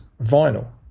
vinyl